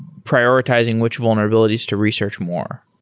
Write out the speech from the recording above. prioritizing which vulnerabilities to research more?